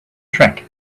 track